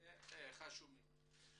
זה חשוב מאוד.